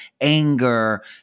anger